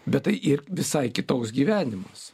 bet tai ir visai kitoks gyvenimas